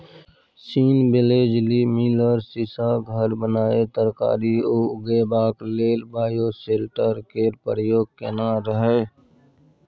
scene Wellesley Miller सीशाक घर बनाए तरकारी उगेबाक लेल बायोसेल्टर केर प्रयोग केने रहय